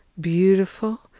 beautiful